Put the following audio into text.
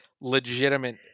legitimate